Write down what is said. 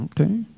Okay